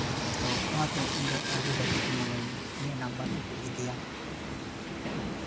ᱛᱚ ᱚᱱᱟᱛᱮ ᱤᱧ ᱫᱚ ᱟᱹᱰᱤ ᱵᱷᱟᱹᱜᱤ ᱠᱚ ᱢᱚᱱᱮᱧᱟ ᱤᱧᱟᱹᱜ ᱱᱟᱢᱵᱟᱨ ᱠᱚᱠᱚ ᱤᱫᱤᱭᱟ